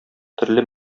төрле